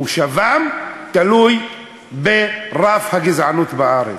מושבם תלוי ברף הגזענות בארץ,